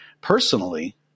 personally